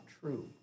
true